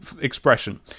expression